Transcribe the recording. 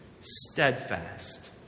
steadfast